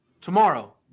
tomorrow